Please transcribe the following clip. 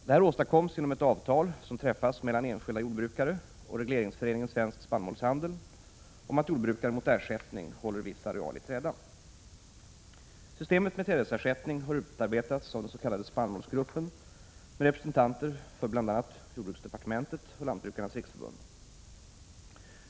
Detta åstadkommes genom att avtal träffas mellan enskilda jordbrukare och regleringsföreningen Svensk spannmålshandel om att jordbrukare mot ersättning håller viss areal i träda. Systemet med trädesersättning har utarbetats av den s.k. spannmålsgruppen med representanter för bl.a. jordbruksdepartementet och Lantbrukarnas riksförbund.